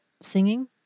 singing